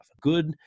good